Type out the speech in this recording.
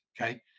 Okay